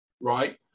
right